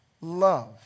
love